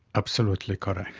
absolutely correct.